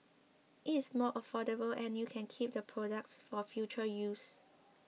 it is more affordable and you can keep the products for future use